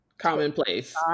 commonplace